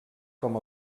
com